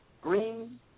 green